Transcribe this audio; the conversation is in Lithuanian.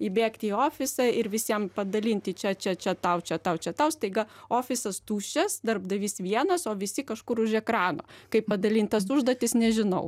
įbėgti į ofisą ir visiem padalinti čia čia čia tau čia tau čia tau staiga ofisas tuščias darbdavys vienas o visi kažkur už ekrano kaip padalint tas užduotis nežinau